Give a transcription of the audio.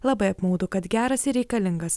labai apmaudu kad geras ir reikalingas